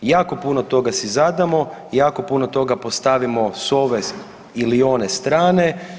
Jako puno toga si zadamo i jako puno toga postavimo s ove ili one strane.